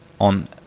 on